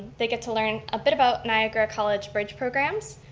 they get to learn a bit about niagara college bridge programs.